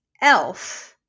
elf